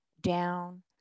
down